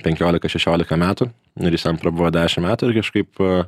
penkiolika šešiolika metų nu ir jis ten prabuvo dešimt metų ir kažkaip a